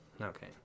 Okay